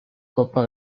copa